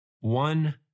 one